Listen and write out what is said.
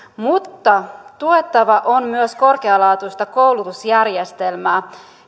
mutta tuettava on myös korkealaatuista koulutusjärjestelmää